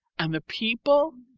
and the people?